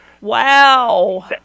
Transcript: Wow